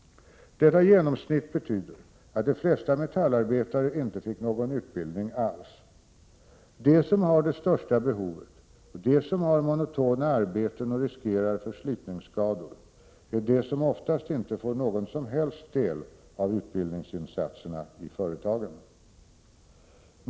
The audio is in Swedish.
Detta genomsnitt betyder att de flesta metallarbetare inte fick någon utbildning alls. De som har det största behovet och de som har monotona arbeten och riskerar förslitningsskador är de som oftast inte får någon som helst del av utbildningsinsatserna i företagen.